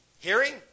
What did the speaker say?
Hearing